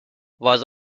was